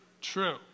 True